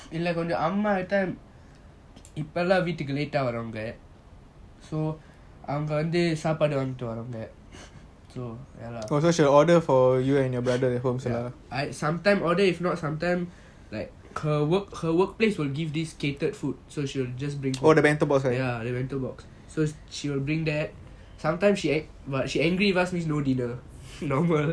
இல்ல கொஞ்சம் அம்மா:illa konjam amma that time இப்போல்லாம் வீட்டுக்கு:ipolam veetuku late eh வராங்க:varanga so அவங்க வந்து சப்படுவாங்கிட்டு வருவாங்க:avanga vanthu sapaduvangitu varuvanga so ya lah I sometime order if not sometime like her work her workplace will give this catered food so she will just bring ya the bento box so she will bring that sometime she angry but she angry means no dinner normal